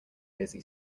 busy